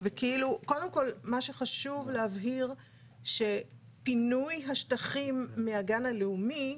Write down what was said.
קודם כל מה שחשוב להבהיר שפינוי השטחים מהגן הלאומי,